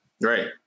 Right